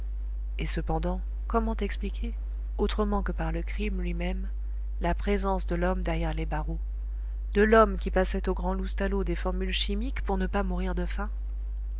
et cependant comment expliquer autrement que par le crime lui-même la présence de l'homme derrière les barreaux de l'homme qui passait au grand loustalot des formules chimiques pour ne pas mourir de faim